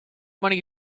money